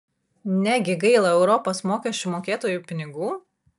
negi gaila europos mokesčių mokėtojų pinigų